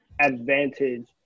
advantage